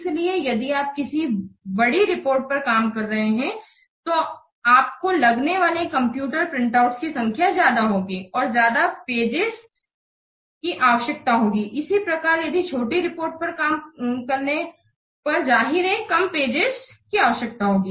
इसलिए यदि आप किसी बड़ी रिपोर्ट पर काम कर रहे है तो आपको लगने वाले कंप्यूटर प्रिंटआउट्स की संख्या ज्यादा होगी और ज्यादा पेजेस कागज की आवश्कयता होगी इसी प्रकार यदि छोटी रिपोर्ट पर काम करने पर जाहिर है कम पेजेस कागज की आवश्यकता होगी